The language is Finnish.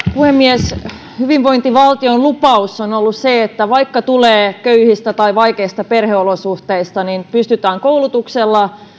puhemies hyvinvointivaltion lupaus on ollut se että vaikka tulee köyhistä tai vaikeista perheolosuhteista pystytään koulutuksella